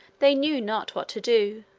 they knew not what to do.